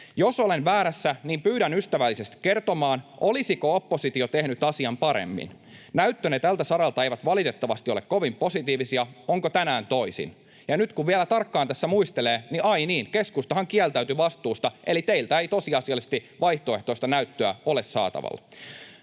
Jos olen väärässä, niin pyydän ystävällisesti kertomaan, olisiko oppositio tehnyt asian paremmin. Näyttönne tältä saralta eivät valitettavasti ole kovin positiivisia. Onko tänään toisin? Ja nyt kun vielä tarkkaan tässä muistelee, niin ai niin, keskustahan kieltäytyi vastuusta, eli teiltä ei tosiasiallisesti vaihtoehtoista näyttöä ole saatavilla.